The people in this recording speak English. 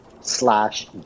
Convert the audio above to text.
slash